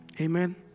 amen